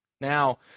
now